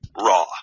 raw